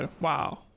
Wow